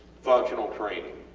functional training.